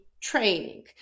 training